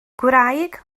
gwraig